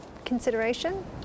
Consideration